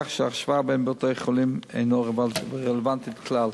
כך שההשוואה בין בתי-החולים אינה רלוונטית כלל.